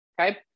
okay